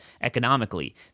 economically